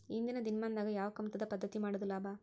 ಇಂದಿನ ದಿನಮಾನದಾಗ ಯಾವ ಕಮತದ ಪದ್ಧತಿ ಮಾಡುದ ಲಾಭ?